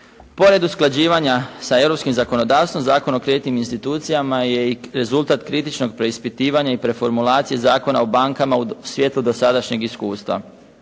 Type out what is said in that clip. Pored usklađivanja sa europskim zakonodavstvom Zakon o kreditnim institucijama je i rezultat kritičnog preispitivanja i preformulacije Zakona o bankama u svjetlu dosadašnjeg iskustva.